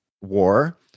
war